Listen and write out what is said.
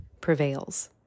prevails